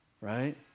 right